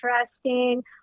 interesting